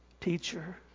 Teacher